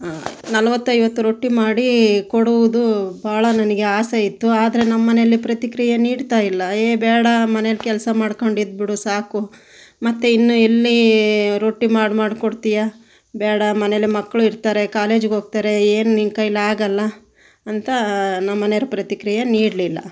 ನಲವತ್ತು ಐವತ್ತು ರೊಟ್ಟಿ ಮಾಡಿಕೊಡುವುದು ಬಹಳ ನನಗೆ ಆಸೆ ಇತ್ತು ಆದರೆ ನಮ್ಮ ಮನೆಯಲ್ಲಿ ಪ್ರತಿಕ್ರಿಯೆ ನೀಡ್ತಾ ಇಲ್ಲ ಏ ಬೇಡ ಮನೆಯಲ್ಲಿ ಕೆಲಸ ಮಾಡಿಕೊಂಡು ಇದ್ದುಬಿಡು ಸಾಕು ಮತ್ತೆ ಇನ್ನು ಎಲ್ಲಿ ರೊಟ್ಟಿ ಮಾಡಿ ಮಾಡಿ ಕೊಡ್ತೀಯಾ ಬೇಡ ಮನೆಯಲ್ಲಿ ಮಕ್ಕಳು ಇರ್ತಾರೆ ಕಾಲೇಜಿಗೆ ಹೋಗ್ತಾರೆ ಏನು ನಿನ್ನ ಕೈಯಲ್ಲಿ ಆಗಲ್ಲ ಅಂತ ನಮ್ಮ ಮನೆಯವರು ಪ್ರತಿಕ್ರಿಯೆ ನೀಡಲಿಲ್ಲ